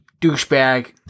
douchebag